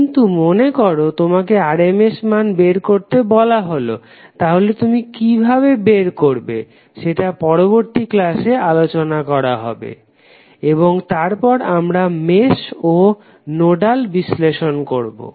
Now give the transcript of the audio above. কিন্তু মনে করো তোমাকে RMS মান বের করতে বলা হলো তাহলে তুমি কিভাবে মান বের করবে সেটা পরবর্তী ক্লাসে আলোচনা করা হবে এবং তারপর আমরা মেশ ও নোডাল বিশ্লেষণ করবো